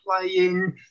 playing